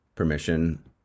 permission